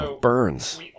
Burns